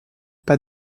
pas